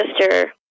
sister